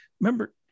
Remember